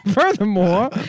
Furthermore